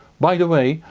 by the way,